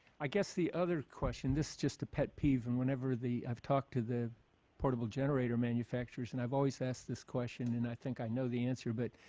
i guess the other question, this is just a pet peeve. and whenever the i've talked to the portable generator manufacturers and i've always asked this question. and i think i know the answer, but